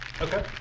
Okay